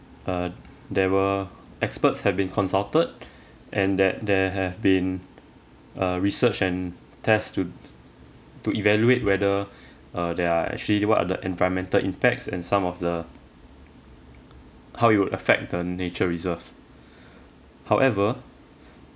uh there were experts have been consulted and that there have been uh research and test to to evaluate whether uh there are actually what are the environmental impacts and some of the how it would affect the nature reserve however